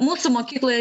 mūsų mokykloj